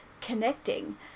connecting